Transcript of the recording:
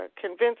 convince